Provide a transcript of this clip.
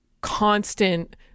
constant